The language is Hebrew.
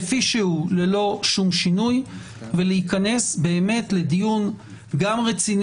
כפי שהוא ללא שום שינוי ולהיכנס לדיון רציני,